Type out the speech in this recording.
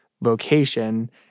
vocation